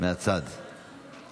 ביקש שאלה נוספת.